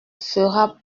fera